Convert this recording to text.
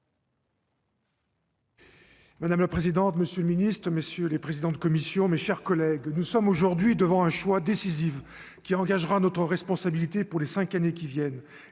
Madame la présidente, monsieur le ministre, messieurs les présidents de commission, mes chers collègues, nous sommes aujourd'hui devant un choix décisif qui engagera notre responsabilité pour les 5 années qui viennent